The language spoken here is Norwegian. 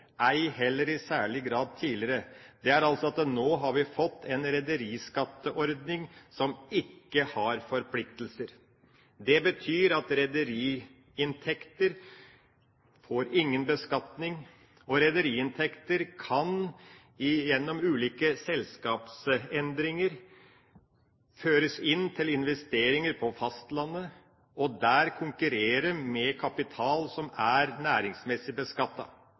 har fått en rederiskatteordning som ikke har forpliktelser. Det betyr at rederiinntekter får ingen beskatning, og rederiinntekter kan gjennom ulike selskapsendringer føres inn til investeringer på fastlandet og der konkurrere med kapital som er næringsmessig